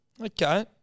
Okay